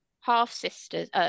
half-sisters